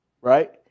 right